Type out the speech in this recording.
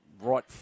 Right